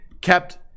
kept